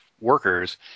workers